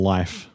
Life